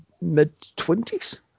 mid-twenties